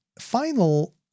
final